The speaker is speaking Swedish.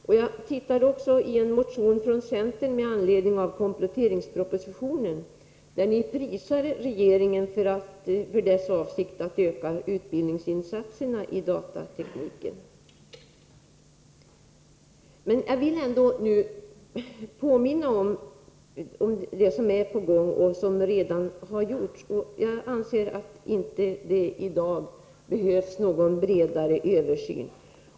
I en motion som centern väckt med anledning av kompletteringspropositionen prisas ju regeringen för dess avsikt att öka utbildningsinsatserna i datatekniken. Jag vill ändå påminna om det som är på gång och det som redan har gjorts. Jag anser alltså inte i dag att det behövs någon bredare översyn.